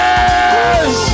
Yes